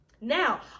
Now